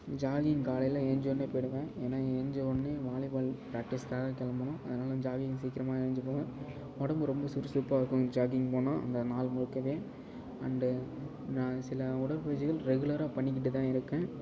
jogging காலையில் ஏஞ்சவொடனே போயிடுவேன் ஏன்னால் ஏஞ்சவொடனே வாலிபால் ப்ராக்டிஸ்காக கிளம்பணும் அதனால் ஜாகிங் சீக்கிரமாக ஏஞ்சு போவேன் உடம்பு ரொம்ப சுறுசுறுப்பாக இருக்கும் ஜாகிங் போனால் அந்த நாள் முழுக்கவே அண்ட் நான் சில உடற்பயிற்சிகள் ரெகுலராக பண்ணிக்கிட்டுதான் இருக்கேன்